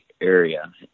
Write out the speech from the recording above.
area